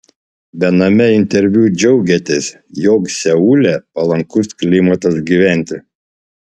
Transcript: viename interviu džiaugėtės jog seule palankus klimatas gyventi